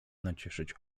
nacieszyć